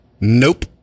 nope